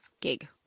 gig